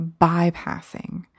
bypassing